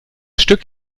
stück